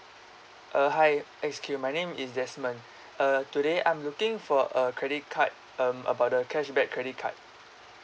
uh hi X_Q my name is desmond uh today I'm looking for a credit card um about the cashback credit card